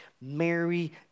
Mary